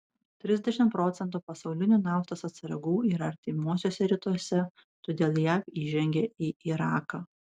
trisdešimt procentų pasaulinių naftos atsargų yra artimuosiuose rytuose todėl jav įžengė į iraką